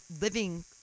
living